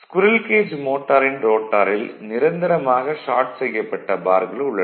squirrel cage மோட்டாரின் ரோட்டாரில் நிரந்தரமாக ஷார்ட் செய்யப்பட்ட பார்கள் உள்ளன